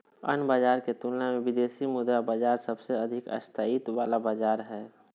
अन्य बाजार के तुलना मे विदेशी मुद्रा बाजार सबसे अधिक स्थायित्व वाला बाजार हय